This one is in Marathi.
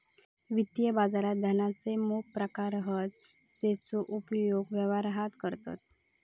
वित्तीय बाजारात धनाचे मोप प्रकार हत जेचो उपयोग व्यवहारात करतत